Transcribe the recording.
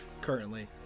currently